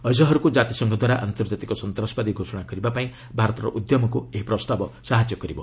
ଆଜ୍ହାର୍କୁ ଜାତିସଂଘଦ୍ୱାରା ଆନ୍ତର୍କାତିକ ସନ୍ତାସବାଦୀ ଘୋଷଣା କରିବାପାଇଁ ଭାରତର ଉଦ୍ୟମକୁ ଏହି ପ୍ରସ୍ତାବ ସାହାଯ୍ୟ କରିବ